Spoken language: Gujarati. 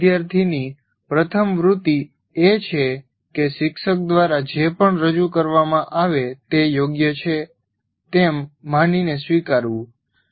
કોઈપણ વિદ્યાર્થીની પ્રથમ વૃત્તિ એ છે કે શિક્ષક દ્વારા જે પણ રજૂ કરવામાં આવે તે યોગ્ય છે તેમ માનીને સ્વીકારવું